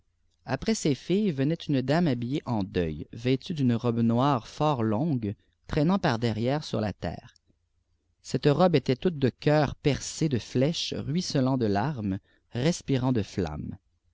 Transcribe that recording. après ces filles venait une dame habillée en deuil vêtue d'une robe noire fort longue traînant par derrière sur la terre cette robe était toute de cœurs percés de flèches ruisselant de larmes respirant dé flammes